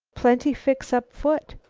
plenty fix up foot.